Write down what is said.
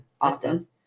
Awesome